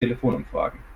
telefonumfragen